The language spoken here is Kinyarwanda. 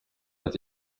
ati